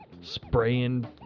Spraying